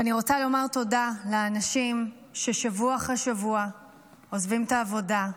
ואני רוצה לומר תודה לאנשים ששבוע אחרי שבוע עוזבים את העבודה,